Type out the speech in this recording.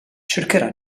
cercherà